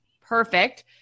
Perfect